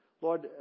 Lord